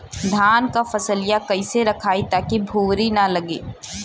धान क फसलिया कईसे रखाई ताकि भुवरी न लगे?